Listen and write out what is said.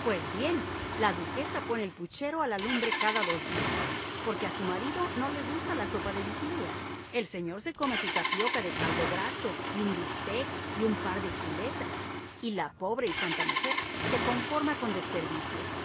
pues bien la duquesa pone el puchero a la lumbre cada dos días porque a su marido no le gusta la sopa de vigilia el señor se come su tapioca de caldo graso y un bistec y un par de chuletas y la pobre y santa mujer se conforma con los desperdicios